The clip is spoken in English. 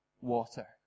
water